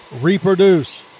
reproduce